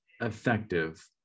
effective